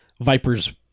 Viper's